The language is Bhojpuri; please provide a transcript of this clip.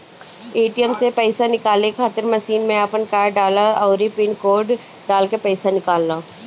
ए.टी.एम से पईसा निकाले खातिर मशीन में आपन कार्ड डालअ अउरी पिन कोड डालके पईसा निकाल लअ